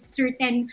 certain